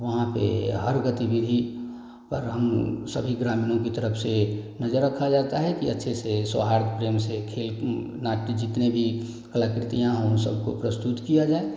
वहाँ पे हर गतिविधि पर हम सभी ग्रामीणों की तरफ से नजर रखा जाता है कि अच्छे से सौहार्द प्रेम से खेल नाट्य जितने भी कलाकृतियाँ हों उन सबको प्रस्तुत किया जाए